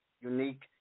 Unique